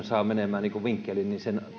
saa menemään niin kuin vinkkeliin